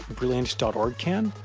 brilliant dot org can?